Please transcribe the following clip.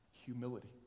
humility